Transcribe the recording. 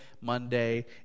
Monday